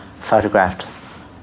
photographed